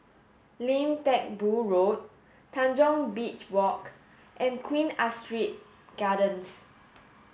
Lim Teck Boo Road Tanjong Beach Walk and Queen Astrid Gardens